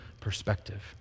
perspective